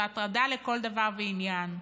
שזו הטרדה לכל דבר ועניין.